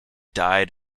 died